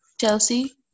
Chelsea